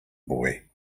boy